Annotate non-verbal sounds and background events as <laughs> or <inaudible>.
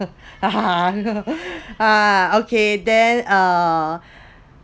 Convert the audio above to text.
<laughs> okay then uh